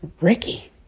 Ricky